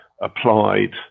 applied